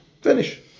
Finish